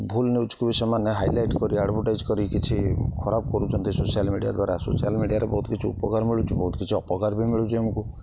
ଭୁଲ ନ୍ୟୁଜ୍କୁ ବି ସେମାନେ ହାଇଲାଇଟ କରି ଆଡ଼ଭଟାଇଜ କରି କିଛି ଖରାପ କରୁଛନ୍ତି ସୋସିଆଲ ମିଡ଼ିଆ ଦ୍ୱାରା ସୋସିଆଲ ମିଡ଼ିଆରେ ବହୁତ କିଛି ଉପକାର ମିଳୁଛି ବହୁତ କିଛି ଅପକାର ବି ମିଳୁଛି ଆମକୁ